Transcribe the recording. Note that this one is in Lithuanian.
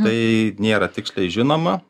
tai nėra tiksliai žinoma